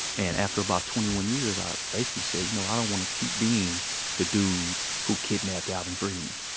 and, after about twenty one years, i basically said, you know, i don't wanna keep being the dude who kidnapped alvin freeman.